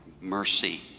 mercy